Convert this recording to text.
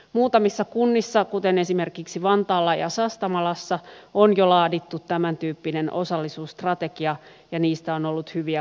muutamissa kunnissa kuten esimerkiksi vantaalla ja sastamalassa on jo laadittu tämäntyyppinen osallisuusstrategia ja niistä on ollut hyviä kokemuksia